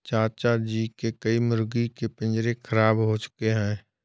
चाचा जी के कई मुर्गी के पिंजरे खराब हो चुके हैं